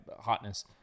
hotness